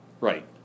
right